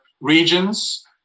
regions